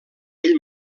ell